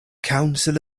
council